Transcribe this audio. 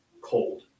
cold